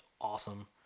awesome